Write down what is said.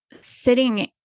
sitting